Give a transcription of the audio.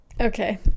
Okay